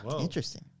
Interesting